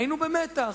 היינו במתח.